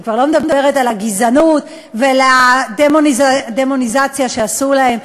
אני כבר לא מדברת על הגזענות ועל הדמוניזציה שעשו להם.